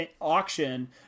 auction